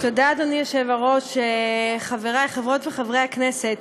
תודה, אדוני היושב-ראש, חברות וחברות הכנסת,